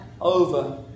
over